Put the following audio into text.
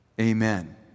Amen